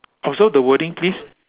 also the wording please